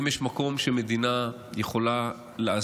אם יש מקום שבו מדינה יכול לעזור,